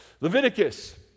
Leviticus